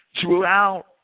throughout